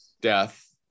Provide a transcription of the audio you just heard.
death